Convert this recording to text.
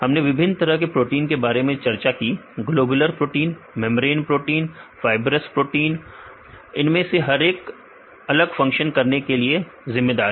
हमने विभिन्न तरह के प्रोटीन के बारे में चर्चा की globular protein membrane protein fibrous protein इनमें से हर एक अलग फंक्शन करने के लिए जिम्मेदार है